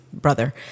brother